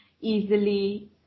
easily